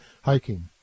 hiking